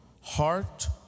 heart